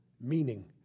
Meaning